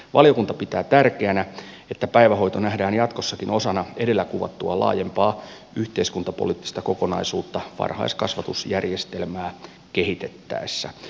valiokunta pitää tärkeänä että päivähoito nähdään jatkossakin osana edellä kuvattua laajempaa yhteiskuntapoliittista kokonaisuutta varhaiskasvatusjärjestelmää kehitettäessä